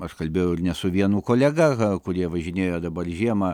aš kalbėjau ir ne su vienu kolega kurie važinėjo dabar žiemą